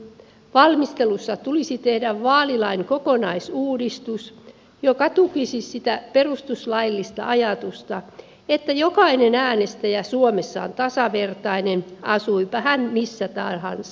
valmistelussa tulisi tehdä vaalilain kokonaisuudistus joka tukisi sitä perustuslaillista ajatusta että jokainen äänestäjä suomessa on tasavertainen asuipa hän missä tahansa